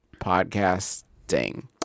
podcasting